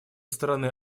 стороны